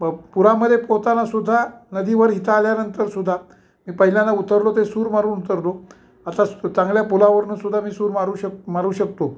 म पुरामध्ये पोहतानासुद्धा नदीवर इथं आल्यानंतरसुद्धा मी पहिल्यांदा उतरलो ते सूर मारून उतरलो आता चांगल्या पुलावरूनसुद्धा मी सूर मारू शक मारू शकतो